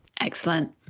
Excellent